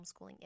homeschooling